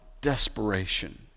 desperation